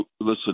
listen